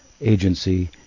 agency